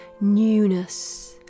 newness